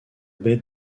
baie